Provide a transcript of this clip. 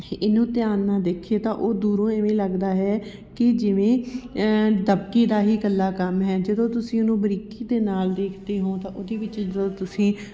ਇਹਨੂੰ ਧਿਆਨ ਨਾਲ ਦੇਖੀਏ ਤਾਂ ਓਹ ਦੂਰੋ ਇਵੇਂ ਲਗਦਾ ਹੈ ਕਿ ਜਿਵੇਂ ਦਬਕੇ ਦਾ ਹੀ ਇਕੱਲਾ ਕੰਮ ਹੈ ਜਦੋਂ ਤੁਸੀਂ ਓਹਨੂੰ ਬਰੀਕੀ ਦੇ ਨਾਲ ਦੇਖਦੇ ਹੋ ਤਾਂ ਓਹਦੇ ਵਿੱਚ ਜੋ ਤੁਸੀਂ